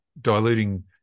diluting